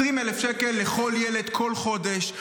20,000 שקל לכל ילד, כל חודש,